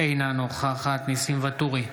אינה נוכחת ניסים ואטורי,